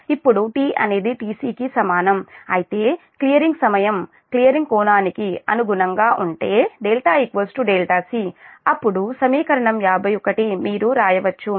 ఇప్పుడు t అనేది tc కి సమానం అయితే క్లియరింగ్ సమయం క్లియరింగ్ కోణానికి అనుగుణంగా ఉంటే δc అప్పుడు సమీకరణం 51 మీరు వ్రాయవచ్చు